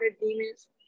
demons